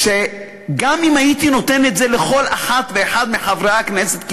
שגם אם הייתי נותן את זה לכל אחד ואחת מחברי הכנסת,